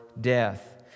death